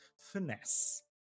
finesse